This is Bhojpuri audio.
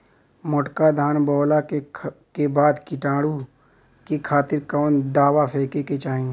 मोटका धान बोवला के बाद कीटाणु के खातिर कवन दावा फेके के चाही?